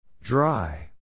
Dry